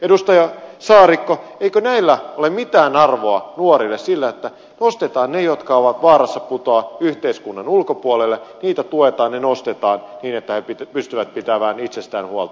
edustaja saarikko eikö näillä ole mitään arvoa nuorille sillä että nostetaan ne jotka ovat vaarassa pudota yhteiskunnan ulkopuolelle että heitä tuetaan ja nostetaan niin että he pystyvät pitämään itsestään huolta